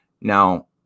Now